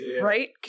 right